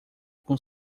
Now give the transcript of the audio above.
com